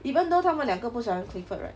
even though 他们两个不喜欢 clifford right